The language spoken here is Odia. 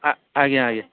ଆ ଆଜ୍ଞା ଆଜ୍ଞା